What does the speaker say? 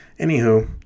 Anywho